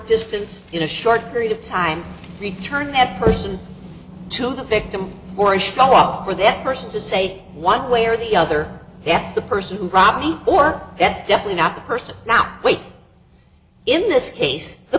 distance in a short period of time return the person to the victim or a shot for that person to say one way or the other that's the person who robbed me or that's definitely not the person now wait in this case the